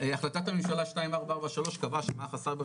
החלטת הממשלה 24443 קבעה שמערך הסייבר,